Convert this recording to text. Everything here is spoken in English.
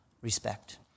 respect